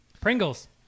Pringles